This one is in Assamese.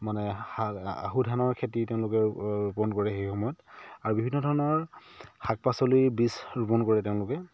মানে আহু ধানৰ খেতি তেওঁলোকে ৰোপণ কৰে সেই সময়ত আৰু বিভিন্ন ধৰণৰ শাক পাচলিৰ বীজ ৰোপণ কৰে তেওঁলোকে